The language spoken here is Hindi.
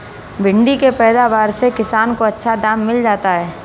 भिण्डी के पैदावार से किसान को अच्छा दाम मिल जाता है